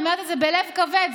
אני אומרת את זה בלב כבד,